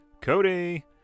Cody